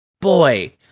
boy